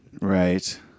Right